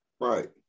Right